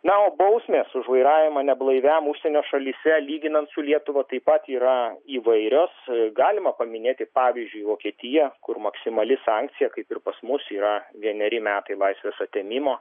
na o bausmės už vairavimą neblaiviam užsienio šalyse lyginant su lietuva taip pat yra įvairios galima paminėti pavyzdžiui vokietiją kur maksimali sankcija kaip ir pas mus yra vieneri metai laisvės atėmimo